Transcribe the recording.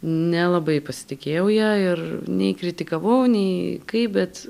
nelabai pasitikėjau ja ir nei kritikavau nei kaip bet